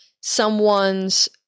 someone's